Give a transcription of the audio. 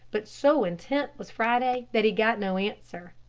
but so intent was friday that he got no answer.